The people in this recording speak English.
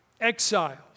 exiles